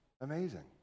Amazing